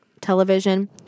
television